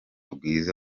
bwiza